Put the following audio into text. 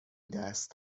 دست